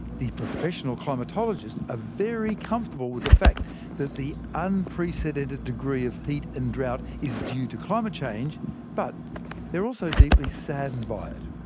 the professional climatologists are ah very comfortable with the fact that the unprecedented degree of heat and drought is due to climate change but they are also deeply saddened by it.